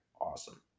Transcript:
Awesome